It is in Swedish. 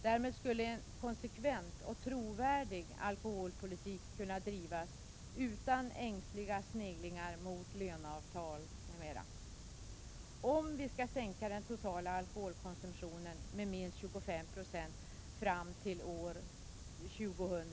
Därmed skulle en konsekvent och trovärdig alkoholpolitik kunna drivas utan ängsliga sneglingar mot löneavtal m.m., om vi skall sänka den totala alkoholkonsumtionen med minst 25 96 fram till år 2000.